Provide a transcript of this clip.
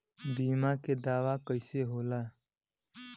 बीमा के दावा कईसे होला?